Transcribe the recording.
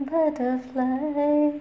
Butterfly